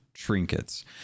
trinkets